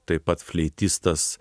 taip pat fleitistas